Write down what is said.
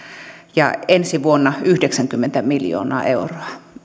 ensi vuonna yhdeksänkymmentä miljoonaa euroa